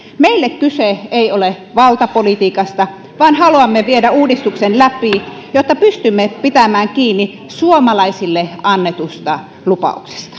meille kyse ei ole valtapolitiikasta vaan haluamme viedä uudistuksen läpi jotta pystymme pitämään kiinni suomalaisille annetuista lupauksista